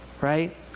right